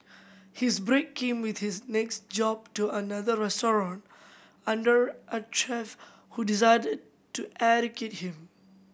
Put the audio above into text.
his break came with his next job to another restaurant under a chef who decided to educate him